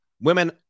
Women